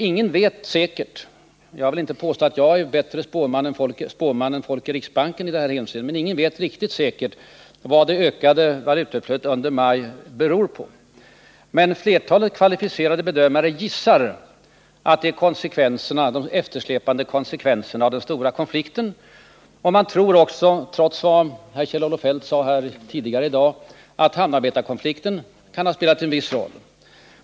Ingen vet riktigt säkert — och jag vill inte påstå att jag är en bättre spåman än folk i riksbanken i det hänseendet — vad det ökade valutautflödet under maj månad beror på, men flertalet kvalificerade bedömare gissar att det är de eftersläpande konsekvenserna av den stora konflikten. Man tror också — trots vad Kjell-Olof Feldt sade här tidigare i dag —att hamnarbetarkonflikten kan ha spelat en viss roll.